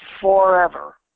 forever